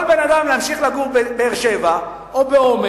יכול בן-אדם להמשיך לגור בבאר-שבע או בעומר